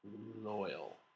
loyal